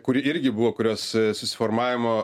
kuri irgi buvo kurios susiformavimo